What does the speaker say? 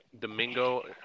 Domingo